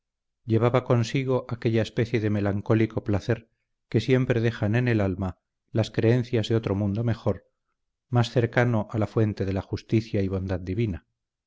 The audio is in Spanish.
llevaba consigo aquella especie de melancólico placer que siempre dejan en el alma las creencias de otro mundo mejor más cercano a la fuente de la justicia y bondad divina